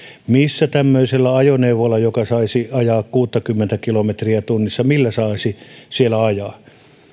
missä tämmöisellä ajoneuvolla joka saisi ajaa kuusikymmentä kilometriä tunnissa saisi ajaa